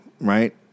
right